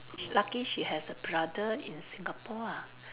sh~ lucky she has a brother in Singapore ah